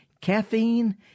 Caffeine